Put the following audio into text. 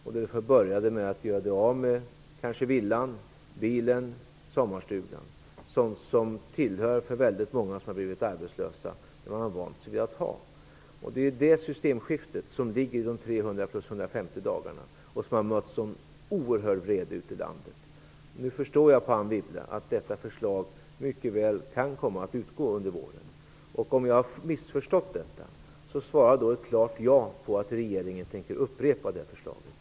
De får kanske börja med att göra sig av med villan, bilen och sommarstugan, som för många som har blivit arbetslösa tillhör det som de har vant sig vid att ha. Det är det systemskiftet som ligger i de 300 plus 150 dagarna och som har mött en sådan oerhörd vrede ute i landet. Nu förstår jag av Anne Wibble att detta förslag mycket väl kan komma att dras tillbaka under våren. Om jag har missförstått detta, svara då ett klart ja på att regeringen tänker upprepa det förslaget!